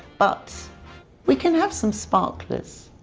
but we can have some sparklers.